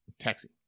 taxi